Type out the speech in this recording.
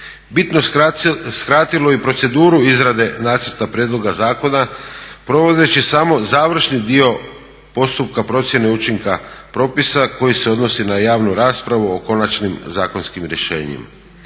bitno skratilo i proceduru izrade nacrta prijedloga zakona provodeći samo završni dio postupka procjene učinka propisa koji se odnosi na javnu raspravu o konačnim zakonskim rješenjima.